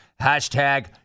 Hashtag